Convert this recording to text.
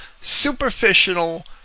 superficial